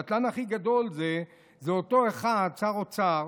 הבטלן הכי גדול זה אותו אחד, שר אוצר,